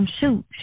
shoot